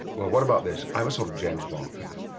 well, what about this? i'm a sort of james bond figure.